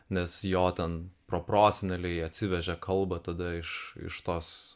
nes jo ten pro proseneliai atsivežė kalbą tada iš iš tos